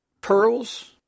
pearls